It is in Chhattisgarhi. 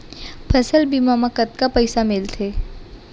फसल बीमा म कतका पइसा मिलथे?